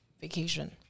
vacation